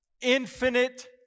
infinite